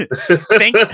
Thank